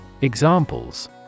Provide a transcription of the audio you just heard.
Examples